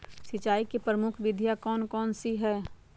सिंचाई की प्रमुख विधियां कौन कौन सी है?